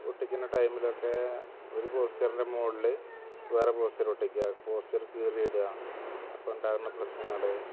ഒട്ടിക്കുന്ന ടൈമിലൊക്കെ ഒരു പോസ്റ്ററിന്റെ മോളിൽ വേറെ പോസ്റ്റര് ഒട്ടിക്കുക പോസ്റ്റര് കീറി ഇടുക അപ്പം ഉണ്ടാകുന്ന പ്രശ്നങ്ങൾ